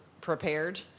prepared